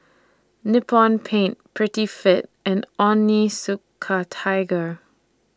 Nippon Paint Prettyfit and Onitsuka Tiger